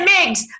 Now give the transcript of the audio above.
Miggs